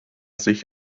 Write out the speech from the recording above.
sich